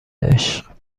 عشق